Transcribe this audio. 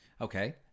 Okay